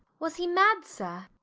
was he mad sir?